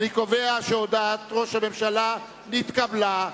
אני קובע שהודעת ראש הממשלה נתקבלה.